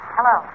Hello